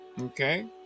okay